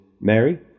mary